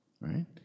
right